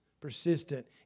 persistent